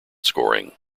scoring